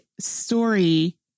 story